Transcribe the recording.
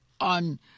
on